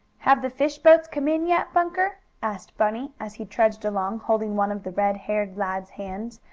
have the fish boats come in yet, bunker? asked bunny, as he trudged along, holding one of the red-haired lad's hands,